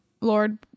Lord